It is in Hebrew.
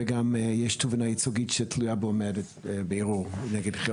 וגם יש תובענה ייצוגית שתלויה ועומדת בערעור נגד כיל.